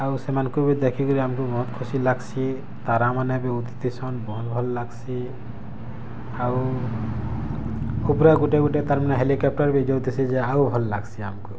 ଆଉ ସେମାନ୍କୁ ବି ଦେଖକିରି ଆମ୍କୁ ବହୁତ୍ ଖୁସି ଲାଗ୍ସି ତାରାମାନେ ବି ଉଦିଥିସନ୍ ବହୁତ୍ ଭଲ୍ ଲାଗ୍ସି ଆଉ ଉପ୍ରେ ଗୁଟେ ଗୁଟେ ତାର୍ମାନେ ହେଲିକପ୍ଟର୍ ବି ଯାଉଥିସି ଯେ ଆଉ ଭଲ୍ ଲାଗ୍ସି ଆମ୍କୁ